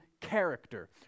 character